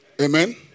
Amen